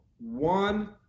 one